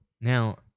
now